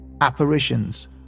Apparitions